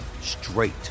straight